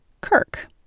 Kirk